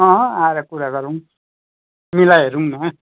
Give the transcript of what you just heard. आएर कुरा गरौँ मिलाइहेरौँ न